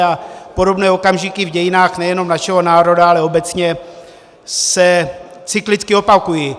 A podobné okamžiky v dějinách nejenom našeho národa, ale obecně se cyklicky opakují.